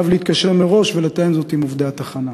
עליו להתקשר מראש ולתאם זאת עם עובדי התחנה.